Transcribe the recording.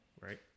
right